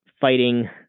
fighting